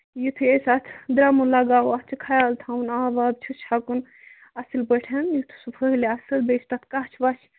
یِتھُے أسۍ اَتھ درٛمُن لَگاوَو اَتھ چھُ خیال آب واب چھُس چھکُن اَصٕل پٲٹھۍ یُتھ سُہ پھہلہِ اَصٕل بیٚیہِ چھُ تَتھ کَچھ وَچھ